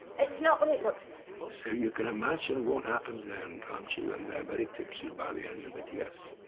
it's not what it looks like. so you can imagine what happens then, can't you, and they're very tipsy by the end of it, yes.